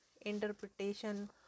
interpretation